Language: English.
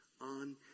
on